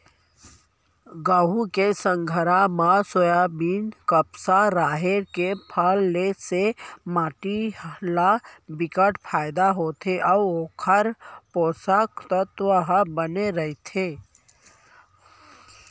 गहूँ के संघरा म सोयाबीन, कपसा, राहेर के फसल ले से माटी ल बिकट फायदा होथे अउ ओखर पोसक तत्व ह बने रहिथे